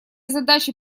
задачи